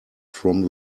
from